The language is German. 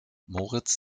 moritz